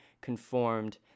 conformed